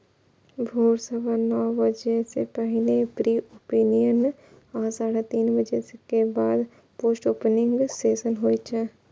भोर सवा नौ बजे सं पहिने प्री ओपनिंग आ साढ़े तीन बजे के बाद पोस्ट ओपनिंग सेशन होइ छै